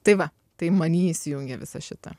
tai va tai many įsijungia visa šita